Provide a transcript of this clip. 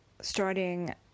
starting